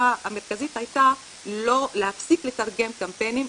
ההחלטה המרכזית הייתה להפסיק לתרגם קמפיינים,